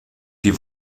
die